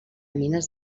mines